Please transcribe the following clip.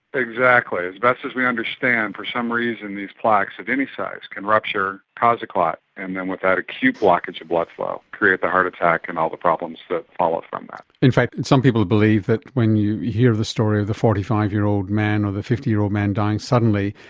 exactly. as best as we understand, for some reason these plaques at any size can rupture, cause a clot, and then with that acute blockage of blood flow create a heart attack and all the problems that follow from that. in fact and some people believe that when you hear of the story of the forty five year old man or the fifty year old man dying suddenly,